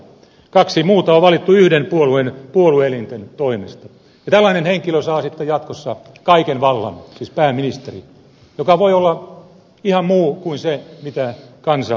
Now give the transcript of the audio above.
kaksi muuta on valittu yhden puolueen puolue elinten toimesta ja tällainen henkilö saa sitten jatkossa kaiken vallan siis pääministeri joka voi olla ihan muu kuin se mitä kansa on kannattanut